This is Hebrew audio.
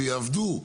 ויעבדו,